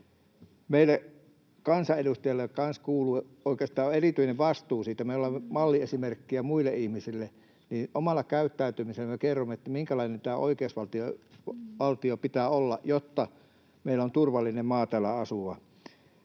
kuuluu oikeastaan erityinen vastuu siitä. Me ollaan malliesimerkkejä muille ihmisille. Omalla käyttäytymisellämme kerromme, minkälainen tämän oikeusvaltion pitää olla, jotta meillä on turvallinen maa täällä asua.